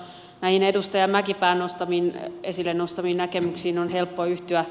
näihin edustaja mäkipään esille nostamiin näkemyksiin on helppo yhtyä